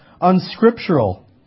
unscriptural